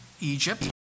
Egypt